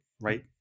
right